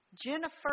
Jennifer